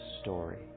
story